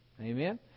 amen